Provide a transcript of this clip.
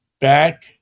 back